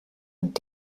und